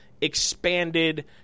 expanded